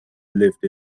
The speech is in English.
lived